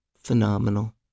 phenomenal